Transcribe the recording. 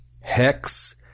hex